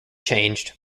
changed